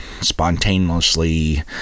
spontaneously